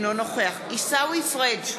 אינו נוכח עיסאווי פריג'